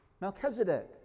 Melchizedek